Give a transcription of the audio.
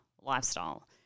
lifestyle